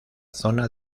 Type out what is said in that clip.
zona